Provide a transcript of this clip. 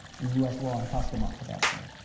and us law and custom up to that point.